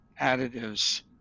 additives